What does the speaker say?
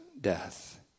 death